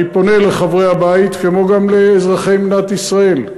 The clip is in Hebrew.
אני פונה לחברי הבית, כמו גם לאזרחי מדינת ישראל: